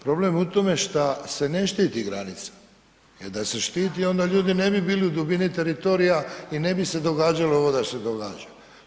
Problem je u tome što se ne štiti granica, jer da se štiti onda ljudi ne bi bili u dubini teritorija i ne bi se događalo ovo što se događa.